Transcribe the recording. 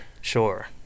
sure